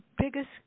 biggest